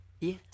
Yes